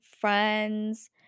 friends